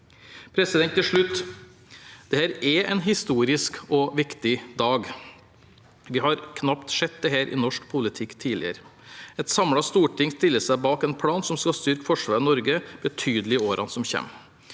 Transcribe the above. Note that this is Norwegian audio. Til slutt: Dette er en historisk og viktig dag. Vi har knapt sett dette i norsk politikk tidligere. Et samlet storting stiller seg bak en plan som skal styrke forsvaret i Norge betydelig i årene som kommer.